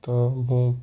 ତ ମୁଁ